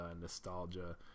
nostalgia